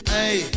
Hey